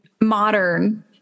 modern